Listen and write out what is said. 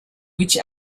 which